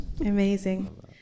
Amazing